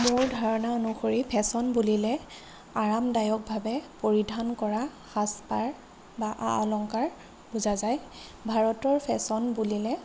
মোৰ ধাৰণা অনুসৰি ফেশ্বন বুলিলে আৰামদায়কভাৱে পৰিধান কৰা সাজপাৰ বা আ অলংকাৰ বুজা যায় ভাৰতৰ ফেশ্বন বুলিলে